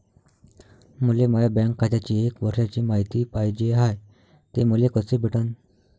मले माया बँक खात्याची एक वर्षाची मायती पाहिजे हाय, ते मले कसी भेटनं?